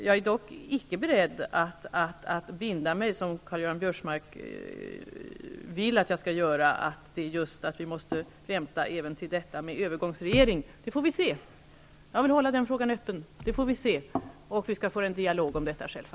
Jag är dock inte beredd att, som Karl-Göran Biörsmark vill, binda mig för att vänta när det gäller övergångsregering. Det får vi se. Vi får hålla den frågan öppen, och självfallet skall vi föra en dialog om detta.